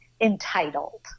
entitled